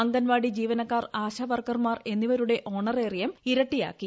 അംഗൻവാടി ജീവനക്കാർ ആശാവർക്കർമാർ എന്നിവരുടെ ഓണറേറിയം ഇരട്ടിയാക്കി